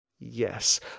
Yes